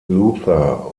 luther